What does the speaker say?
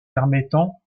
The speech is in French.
permettant